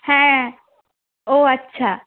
হ্যাঁ ও আচ্ছা